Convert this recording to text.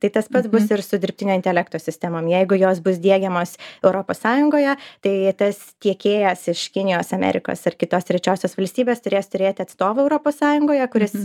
tai tas pats bus ir su dirbtinio intelekto sistemom jeigu jos bus diegiamos europos sąjungoje tai tas tiekėjas iš kinijos amerikos ar kitos trečiosios valstybės turės turėti atstovų europos sąjungoje kuris